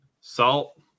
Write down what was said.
Salt